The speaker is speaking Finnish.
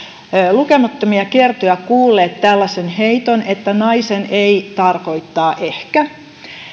lukemattomia kertoja kuulleet tällaisen heiton että naisen ei tarkoittaa ehkä